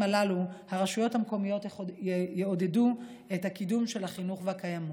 הללו הרשויות המקומיות יעודדו את הקידום של החינוך לקיימות.